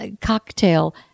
cocktail